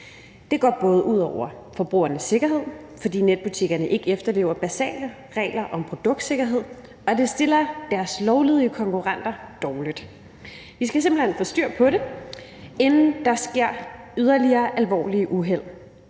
Det går ud over forbrugernes sikkerhed, fordi netbutikkerne ikke efterlever basale regler om produktsikkerhed, og det stiller deres lovlydige konkurrenter dårligt. Vi skal simpelt hen få styr på det, inden der sker yderligere alvorlige uheld.